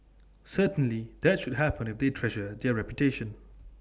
certainly that should happen if they treasure their reputation